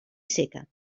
seca